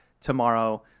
tomorrow